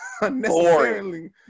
Unnecessarily